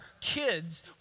kids